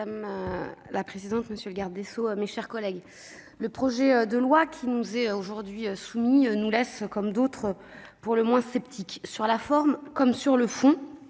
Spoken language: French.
Madame la présidente, monsieur le garde des sceaux, mes chers collègues, le projet de loi qui nous est aujourd'hui soumis nous laisse, comme d'autres, pour le moins sceptiques sur la forme comme sur le fond.